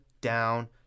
down